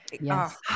yes